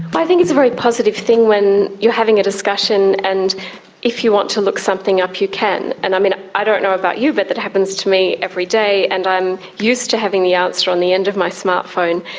but i think it's a very positive thing when you're having a discussion and if you want to look something up you can, and and i don't know about you but that happens to me every day and i'm used to having the answer on the end of my smart phone.